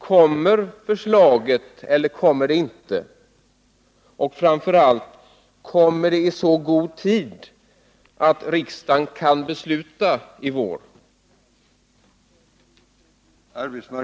Kommer förslaget eller kommer det inte —- och framför allt kommer det i så god tid att riksdagen kan besluta i vår?